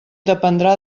dependrà